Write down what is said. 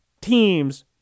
teams